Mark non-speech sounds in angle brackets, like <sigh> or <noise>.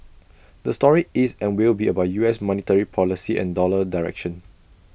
<noise> the story is and will be about U S monetary policy and dollar direction